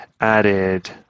added